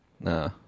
Nah